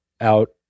out